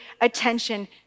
attention